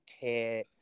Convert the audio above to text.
care